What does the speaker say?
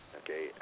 okay